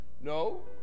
No